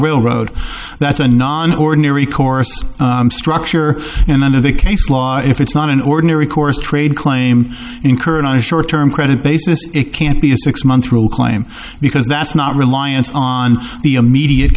railroad that's a non ordinary course structure and under the case law if it's not an ordinary course trade claim incurred on a short term credit basis it can't be a six month rule claim because that's not reliance on the immediate